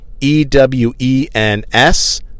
e-w-e-n-s